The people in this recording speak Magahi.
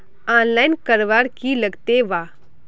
आनलाईन करवार की लगते वा?